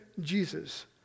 Jesus